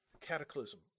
cataclysm